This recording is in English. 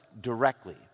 directly